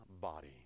body